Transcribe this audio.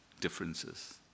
differences